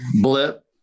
blip